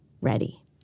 ready